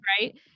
right